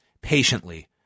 patiently